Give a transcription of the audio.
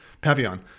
Papillon